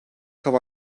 hava